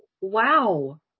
Wow